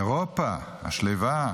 אירופה השלווה,